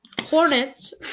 Hornets